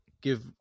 give